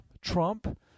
Trump